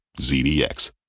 ZDX